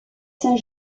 saint